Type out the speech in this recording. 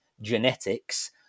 genetics